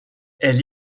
elle